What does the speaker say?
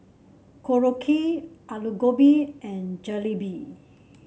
Korokke Alu Gobi and Jalebi